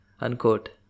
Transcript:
Unquote